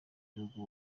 gihugu